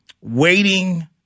waiting